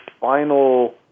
final